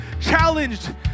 challenged